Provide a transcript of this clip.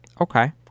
Okay